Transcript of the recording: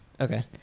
Okay